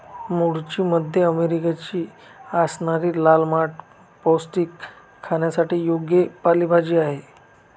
मूळची मध्य अमेरिकेची असणारी लाल माठ पौष्टिक, खाण्यासाठी योग्य पालेभाजी आहे